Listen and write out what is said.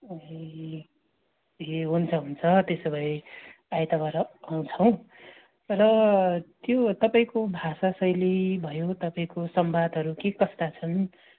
ए ए हुन्छ हुन्छ त्यसो भए आइतवार आउँछौँ तर त्यो तपाईँको भाषा शैली भयो तपाईँको संवादहरू के कस्ता छन्